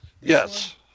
Yes